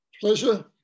pleasure